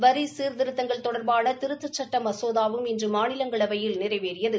வரி சீர்திருத்தங்கள் தொடர்பான திருத்தச் சட்ட மசோதாவும் இன்று மாநிலங்களில் நிறைவேறியது